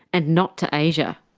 and not to asia.